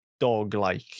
Dog-like